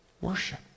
Worship